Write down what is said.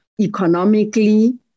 economically